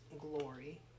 glory